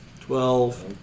Twelve